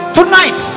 Tonight